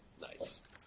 Nice